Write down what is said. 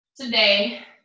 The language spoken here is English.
today